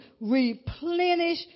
replenish